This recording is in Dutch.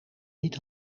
niet